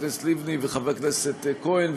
חברת הכנסת לבני וחבר הכנסת כהן,